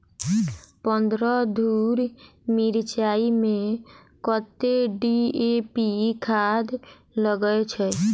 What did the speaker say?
पन्द्रह धूर मिर्चाई मे कत्ते डी.ए.पी खाद लगय छै?